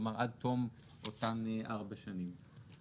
כלומר עד תום אותן ארבע שנים.